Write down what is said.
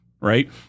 Right